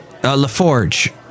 LaForge